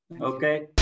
Okay